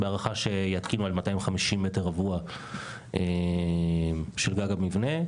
בהערכה שיתקינו על 250 מטר רבוע של גג המבנה.